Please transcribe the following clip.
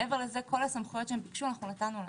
מעבר לזה כל הסמכויות שהם ביקשו, נתנו להם.